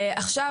עכשיו,